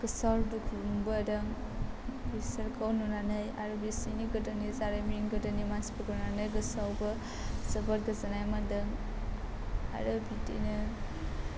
गोसोआव दुखु मोनबोदों बिसोरखौ नुनानै आरो बिसोरनि गोदोनि जारिमिन गोदोनि मानसिफोरखौ नुनानै गोसोआवबो जोबोद गोजोननाय मोनदों आरो बिदिनो